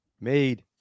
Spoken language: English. made –